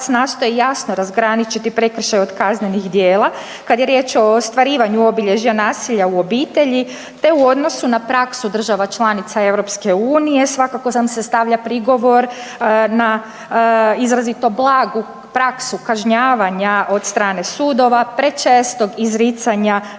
nastoji jasno razgraničiti prekršaj od kaznenih djela kada je riječ o ostvarivanju obilježja nasilja u obitelji te u odnosu na praksu država članica EU. Svakako nam se stavlja prigovor na izrazito blagu praksu kažnjavanja od strane sudova, prečestog izricanja